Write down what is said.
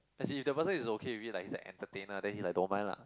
as in if the person is okay with it like he's an entertainer then he like don't mind lah